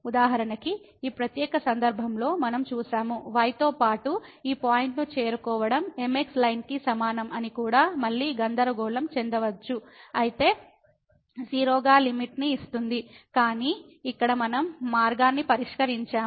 ఉదాహరణకు ఈ ప్రత్యేక సందర్భంలో మనం చూశాము y తో పాటు ఈ పాయింట్ ను చేరుకోవడం mx లైన్ కి సమానం అని కూడా మళ్ళీ గందరగోళం చెందవచ్చు అయితే 0 గా లిమిట్ ని ఇస్తుంది కాని ఇక్కడ మనం మార్గాన్ని పరిష్కరించాము